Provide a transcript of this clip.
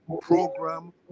program